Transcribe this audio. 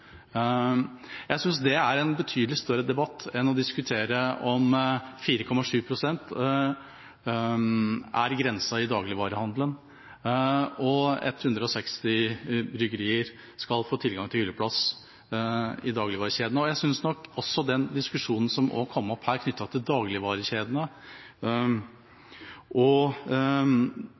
Jeg syns det er en betydelig større debatt enn å diskutere om 4,7 pst. skal være grensa i dagligvarehandelen, og om 160 bryggerier skal få tilgang til hylleplass i dagligvarekjedene. Jeg syns også at den er interessant, den diskusjonen som kom opp her knyttet til dagligvarekjedene og